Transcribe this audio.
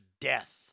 death